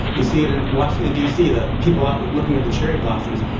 you see it in washington, d c, the people out looking at the cherry blossoms.